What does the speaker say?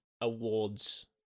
awards